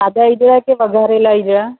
સાદા ઇદડાં કે વઘારેલાં ઇદડાં